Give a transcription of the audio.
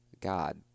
God